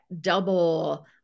double